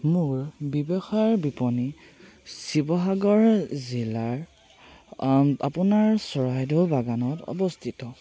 মোৰ ব্যৱসায় বিপণি শিৱসাগৰ জিলাৰ আপোনাৰ চৰাইদেউ বাগানত অৱস্থিত